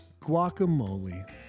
Guacamole